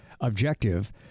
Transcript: objective